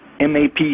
MAP